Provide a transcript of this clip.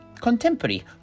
contemporary